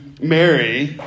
Mary